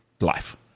life